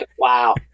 Wow